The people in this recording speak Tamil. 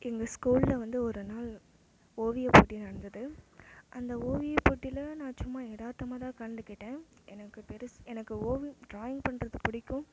எங்கள் ஸ்கூலில் வந்து ஒரு நாள் ஓவியப்போட்டி நடந்தது அந்த ஓவியப்போட்டியில நான் சும்மா எதார்த்தமாக தான் கலந்துக்கிட்டேன் எனக்கு பெருசு எனக்கு ஓவிய ட்ராயிங் பண்ணுறது பிடிக்கும்